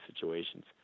situations